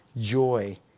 joy